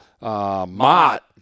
Mott